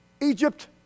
Egypt